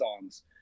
songs